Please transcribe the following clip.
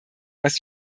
was